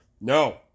No